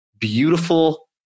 beautiful